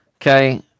Okay